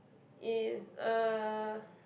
is uh